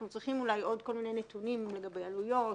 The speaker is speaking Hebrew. אנחנו צריכים עוד כל מיני נתונים לגבי עלויות